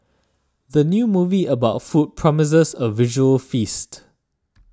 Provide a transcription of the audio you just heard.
the new movie about food promises a visual feast